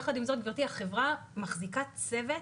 יחד עם זאת גבירתי החברה מחזיקה צוות,